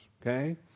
Okay